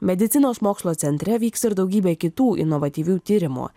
medicinos mokslo centre vyks ir daugybė kitų inovatyvių tyrimų